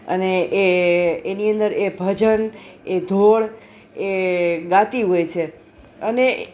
અને એ એની અંદર એ ભજન એ ધોળ એ ગાતી હોય છે અને